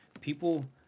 People